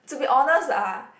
to be honest ah